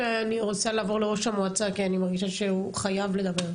ואני רוצה לעבור לראש המועצה כי אני מרגישה שהוא חייב לדבר.